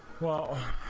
well